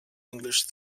english